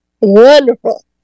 wonderful